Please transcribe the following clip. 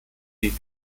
die